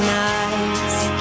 nights